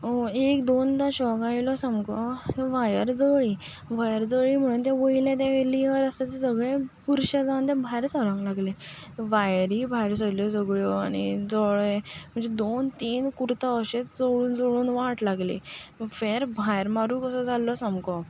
एक दोनदां शॉक आयलो सामको आनी वायर जळ्ळीं वायर जळ्ळी म्हणून तें वयलें लेयर आसता तें सगळें बुरशें जावन तें भायर सरोंक लागलें वायरी भायर सरल्यो सगळ्यो आनी जळ्ळें म्हजे दोन तीन कुर्ता अशेच जळून जळून वाट लागली फेर्र भायर मारूं कसो जाल्लो सामको